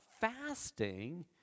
Fasting